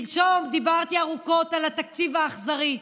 שלשום דיברתי ארוכות על התקציב האכזרי,